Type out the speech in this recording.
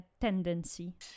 tendency